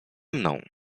mną